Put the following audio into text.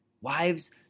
Wives